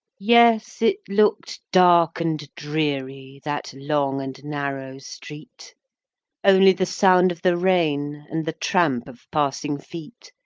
yes, it look'd dark and dreary that long and narrow street only the sound of the rain, and the tramp of passing feet,